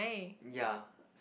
ya